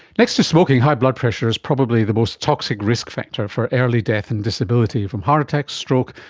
next to smoking, high blood pressure is probably the most toxic risk factor for early death and disability from heart attack, stroke,